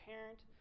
parent